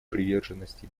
приверженности